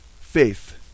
faith